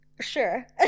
Sure